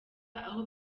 aho